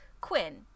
Quinn